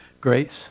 grace